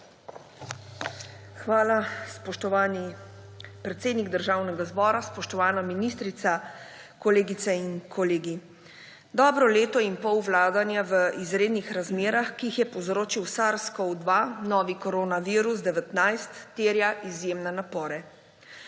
Hvala. Spoštovani predsednik Državnega zbora, spoštovana ministrica, kolegice in kolegi! Dobro leto in pol vladanja v izrednih razmerah, ki jih je povzročil SARS-CoV-2, novi koronavirus, covid-19, terja izjemne napore.